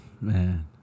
Man